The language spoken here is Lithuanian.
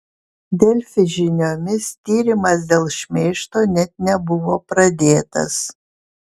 delfi žiniomis tyrimas dėl šmeižto net nebuvo pradėtas